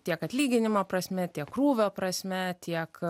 tiek atlyginimo prasme tiek krūvio prasme tiek